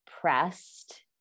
pressed